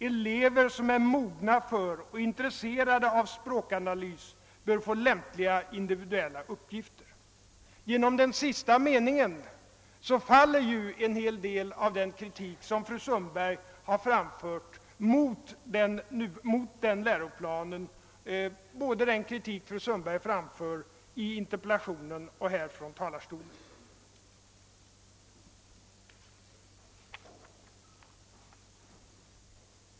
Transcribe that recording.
Elever som är mogna för och intresserade av språkanalys bör få lämpliga individuella uppgifter.» Genom den sista meningen i detta citat faller ju en hel del av den kritik som fru Sundberg har framfört mot läroplanen i sin interpellation och från kammarens talarstol.